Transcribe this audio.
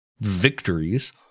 victories